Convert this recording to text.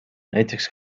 näiteks